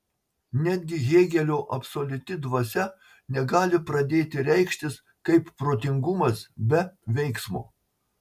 netgi hėgelio absoliuti dvasia negali pradėti reikštis kaip protingumas be veiksmo